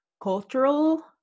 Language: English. cultural